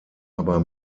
aber